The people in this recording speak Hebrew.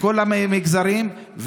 לכל המגזרים,